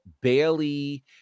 Bailey